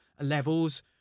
levels